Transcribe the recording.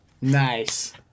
Nice